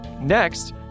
Next